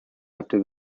after